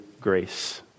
grace